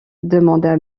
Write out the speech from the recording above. demanda